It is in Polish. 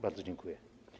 Bardzo dziękuję.